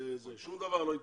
שום דבר לא יתפרסם.